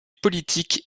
politique